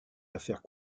affaires